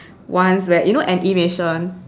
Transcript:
once where you know N_E mation